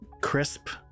crisp